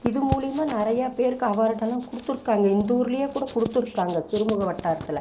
இது மூலயமா நிறைய பேருக்கு அவார்ட் எல்லாம் கொடுத்துருக்காங்க இந்த ஊர்லேயே கூட கொடுத்துருக்காங்க சிறுமுக வட்டாரத்தில்